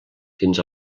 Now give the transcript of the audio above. fins